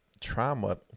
trauma